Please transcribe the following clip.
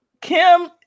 Kim